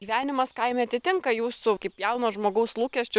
gyvenimas kaime atitinka jūsų kaip jauno žmogaus lūkesčius